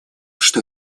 что